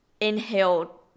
inhale